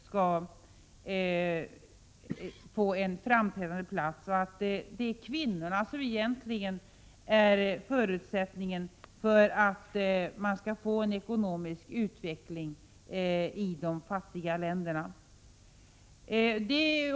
Det är helt riktigt som det har sagts här att det är kvinnorna som egentligen är en förutsättning för att man skall få en ekonomisk utveckling i de fattiga länderna.